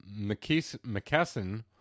McKesson